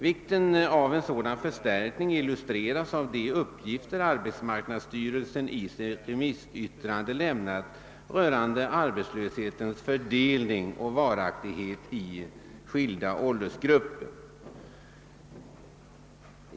Vikten härav illustreras av de uppgifter arbetsmarknadsstyrelsen lämnat i sitt remissyttrande rörande arbetslöshetens fördelning och varaktighet i skilda åldersgrupper.